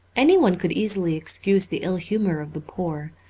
anyone could easily excuse the ill-humour of the poor.